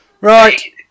right